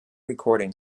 recording